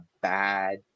bad